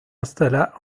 installa